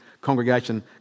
Congregation